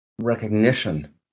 recognition